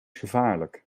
gevaarlijk